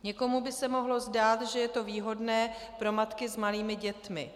Někomu by se mohlo zdát, že je to výhodné pro matky s malými dětmi.